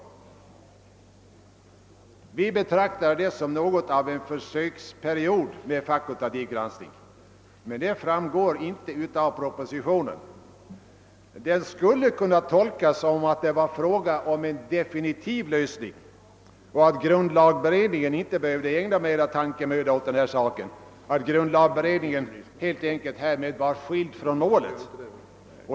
Vi betraktade det som något av ett försök med fakultativ granskning men detta framgår inte av propositionen. Denna skulle kunna tolkas som om det var fråga om en definitiv lösning och att grundlagberedningen inte behövde ägna mera tankemöda åt saken utan nu var skild från målet.